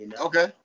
Okay